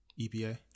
EPA